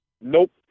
Nope